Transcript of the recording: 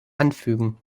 anfügen